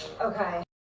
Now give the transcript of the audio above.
Okay